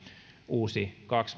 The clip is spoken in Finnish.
uusi toinen momentti jotka